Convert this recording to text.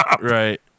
Right